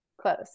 Close